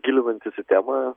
gilinantis į temą